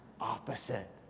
opposite